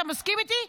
אתה מסכים איתי,